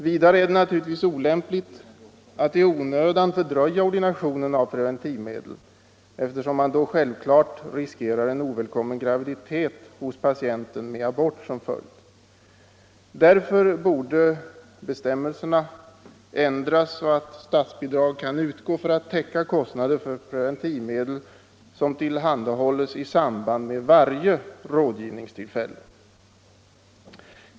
Vidare är det naturligtvis olämpligt att i onödan fördröja ordinationen av preventivmedel, eftersom man då självklart riskerar en ovälkommen graviditet med abort som följd. Därför borde bestämmelserna ändras så att statsbidrag utgår för att täcka kostnader för preventivmedel som tillhandahålles vid varje rådgivningstillfälle.